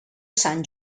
sant